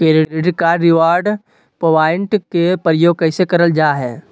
Credit card reward point के प्रयोग कैसे करल जा है?